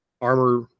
armor